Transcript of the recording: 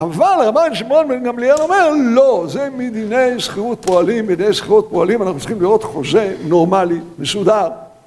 אבל רבן שמעון בן גמליין אומר, לא, זה מדיני שכירות פועלים, מדיני שכירות פועלים, אנחנו צריכים להיות חוזה, נורמלי, מסודר.